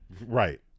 Right